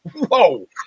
whoa